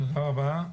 תודה רבה.